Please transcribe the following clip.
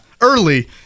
early